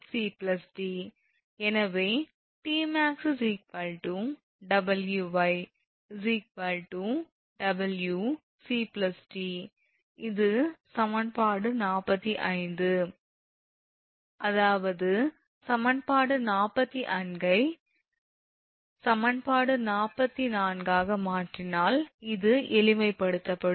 எனவே 𝑇𝑚𝑎𝑥 𝑊𝑦 𝑊 𝑐𝑑 இது சமன்பாடு 45 அதாவது சமன்பாடு 44 ஐ சமன்பாடு 45 ஆக மாற்றினால் இது எளிமைப்படுத்தப்படும்